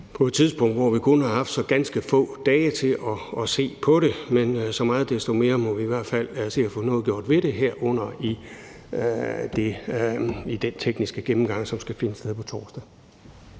på et tidspunkt, hvor vi kun har haft så ganske få dage til at se på det, men så meget desto mere må vi i hvert fald se at få gjort noget ved det, herunder ved den tekniske gennemgang, som skal finde sted på torsdag.